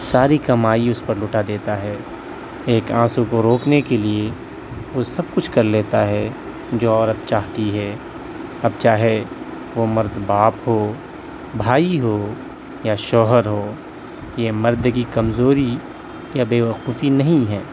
ساری کمائی اس پر لٹا دیتا ہے ایک آنسوں کو روکنے کے لیے وہ سب کچھ کر لیتا ہے جو عورت چاہتی ہے اب چاہے وہ مرد باپ ہو بھائی ہو یا شوہر ہو یہ مرد کی کمزوری یا بیوقوفی نہیں ہے